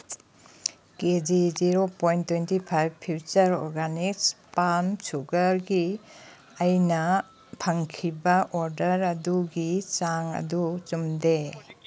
ꯀꯦ G zero point twenty five future organics palm ꯁꯨꯒꯔꯒꯤ ꯑꯩꯅ ꯐꯪꯈꯏꯕ ꯑꯣꯔꯗꯔ ꯑꯗꯨꯒꯤ ꯆꯥꯡ ꯑꯗꯨ ꯆꯨꯝꯗꯦ